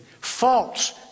False